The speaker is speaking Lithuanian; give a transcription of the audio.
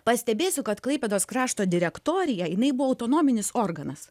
pastebėsiu kad klaipėdos krašto direktorija jinai buvo autonominis organas